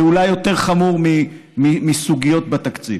זה אולי יותר חמור מסוגיות בתקציב,